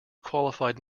qualified